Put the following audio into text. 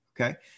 Okay